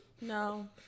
no